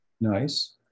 nice